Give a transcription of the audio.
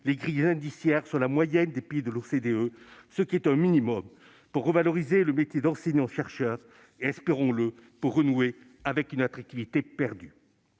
les grilles indiciaires sur la moyenne des pays de l'OCDE, ce qui est un minimum pour revaloriser le métier d'enseignant-chercheur et, espérons-le, pour renouer avec une attractivité perdue.